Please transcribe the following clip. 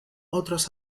otros